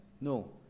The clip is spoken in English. No